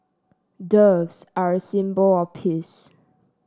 doves are a symbol of peace